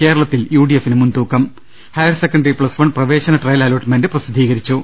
കേരളത്തിൽ U D എഫിന് മുൻതൂക്കം ഹയർസെക്കന്ററി പ്തസ് വൺ പ്രവേശന ട്രയൽ അലോട്ട്മെന്റ് പ്രസിദ്ധീകരിച്ചു